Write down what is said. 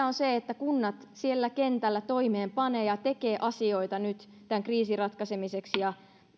on se että kunnat siellä kentällä toimeenpanevat ja tekevät asioita nyt tämän kriisin ratkaisemiseksi ja